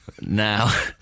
Now